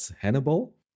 Hannibal